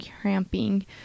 cramping